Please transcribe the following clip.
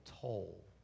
toll